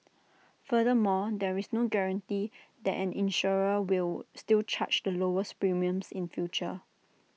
furthermore there is no guarantee that an insurer will still charge the lowest premiums in future